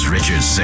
Richard